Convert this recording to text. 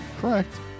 correct